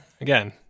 again